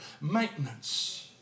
maintenance